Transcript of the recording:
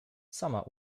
sama